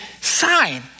sign